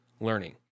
learning